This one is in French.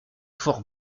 fort